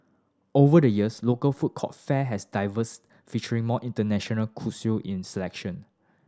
over the years local food court fare has diversified featuring more international cuisine selection